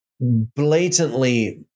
blatantly